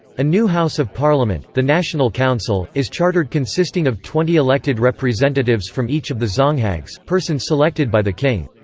a new house of parliament, the national council, is chartered consisting of twenty elected representatives from each of the dzonghags, persons selected by the king.